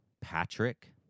Patrick